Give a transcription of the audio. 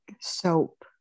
soap